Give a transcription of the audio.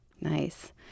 Nice